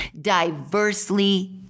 diversely